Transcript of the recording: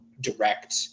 direct